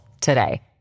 today